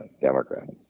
Democrats